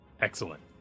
Excellent